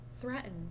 threatened